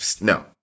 no